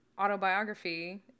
autobiography